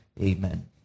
Amen